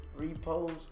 repost